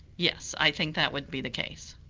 yes, i think that would be the case.